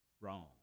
wrong